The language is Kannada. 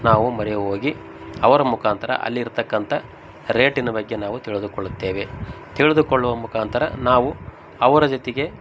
ನಾವು ಮೊರೆ ಹೋಗಿ ಅವರ ಮುಖಾಂತರ ಅಲ್ಲಿರತಕ್ಕಂಥ ರೇಟಿನ ಬಗ್ಗೆ ನಾವು ತಿಳಿದುಕೊಳ್ಳುತ್ತೇವೆ ತಿಳಿದುಕೊಳ್ಳುವ ಮುಖಾಂತರ ನಾವು ಅವರ ಜೊತೆಗೆ